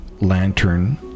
lantern